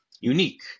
Unique